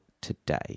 today